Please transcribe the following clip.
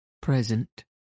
Present